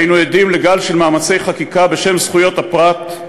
היינו עדים לגל של מאמצי חקיקה בשם זכויות הפרט,